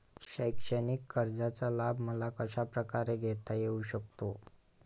शैक्षणिक कर्जाचा लाभ मला कशाप्रकारे घेता येऊ शकतो?